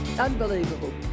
unbelievable